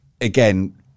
Again